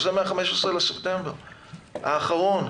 זה מ-15 בספטמבר האחרון,